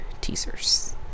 teasers